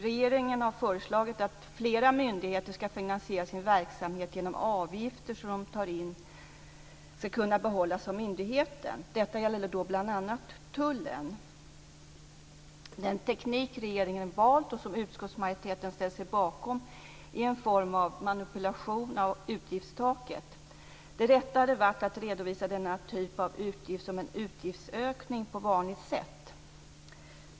Regeringen har föreslagit att flera myndigheter ska finansiera sin verksamhet genom att de avgifter som de tar in ska kunna behållas av myndigheten. Detta gäller bl.a. tullen. Den teknik regeringen valt, och som utskottsmajoriteten ställt sig bakom, är en form av manipulation av utgiftstaket. Det rätta hade varit att redovisa denna typ av utgift som en utgiftsökning på vanligt sätt.